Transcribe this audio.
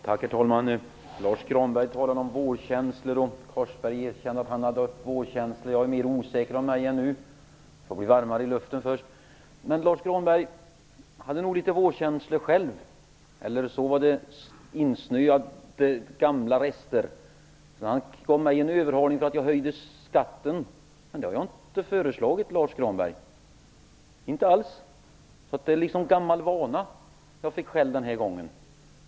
Herr talman! Lars Granberg talade om vårkänslor, och Ronny Korsberg erkände att han hade vårkänslor. Jag är mer osäker av mig ännu - det får bli varmare i luften först. Men Lars Granberg hade nog litet vårkänslor själv, eller också var det insnöade gamla rester han visade upp. Han gav mig en överhalning för att jag ville höja skatten, men det har jag inte föreslagit, Lars Granberg - inte alls! Det var liksom av gammal vana som jag fick skäll den här gången.